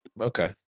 Okay